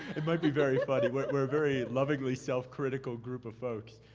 it might be very funny. we're a very lovingly self-critical group of folks.